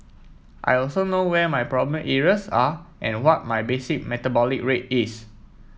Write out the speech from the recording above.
I also know where my problem areas are and what my basic metabolic rate is